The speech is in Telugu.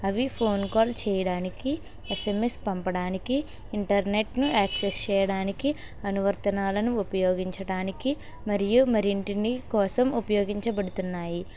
అవి ఫోన్ కాల్ చేయడానికి ఎస్ఎంఎస్ పంపడానికి ఇంటర్నెట్ ను యాక్సెస్ చేయడానికి అనువర్తనాలను ఉపయోగించడానికి మరియు మరిన్నింటిని కోసం ఉపయోగించబడుతున్నాయి